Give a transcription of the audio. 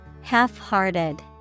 Half-hearted